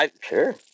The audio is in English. Sure